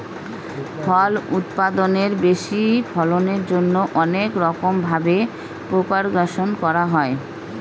ফল উৎপাদনের বেশি ফলনের জন্যে অনেক রকম ভাবে প্রপাগাশন করা হয়